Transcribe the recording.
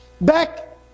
Back